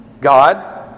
God